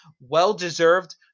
well-deserved